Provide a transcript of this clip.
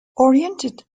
oriented